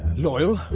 loyal,